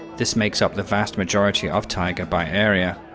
this makes up the vast majority of taiga by area.